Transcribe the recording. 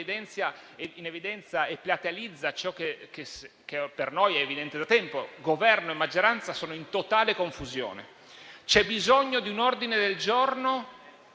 in evidenza e platealizza nel complesso ciò che per noi è evidente da tempo: Governo e maggioranza sono in totale confusione. C'è bisogno di un ordine del giorno